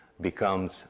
becomes